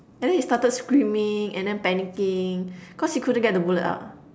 and then he started screaming and then panicking cause he couldn't get the bullet out